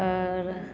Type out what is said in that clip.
आओर